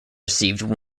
received